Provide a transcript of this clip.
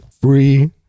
Free